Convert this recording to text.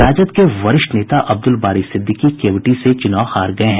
राजद के वरिष्ठ नेता अब्दुल बारी सिद्दिकी केवटी से चूनाव हार गये हैं